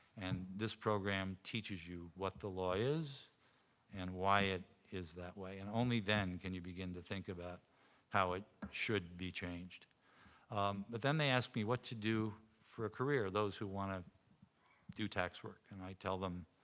and this program teaches you what the law is and why it is that way. and only then can you begin to think about how it should be changed. but then they ask me what to do for a career, those who wanna do tax work. and i tell them,